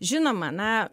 žinoma na